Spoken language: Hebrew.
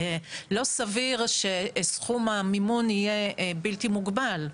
לא סביר שסכום המימון יהיה בלתי מוגבל.